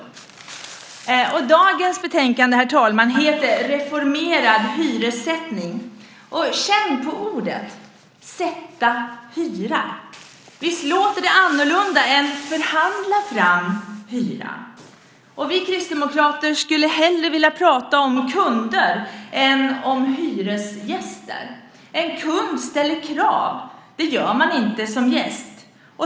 Herr talman! Dagens betänkande heter Reformerad hyressättning . Känn på orden, "sätta hyra". Visst låter det annorlunda än "förhandla fram hyra"? Vi kristdemokrater skulle hellre vilja tala om kunder än om hyresgäster. En kund ställer krav, det gör man inte som gäst.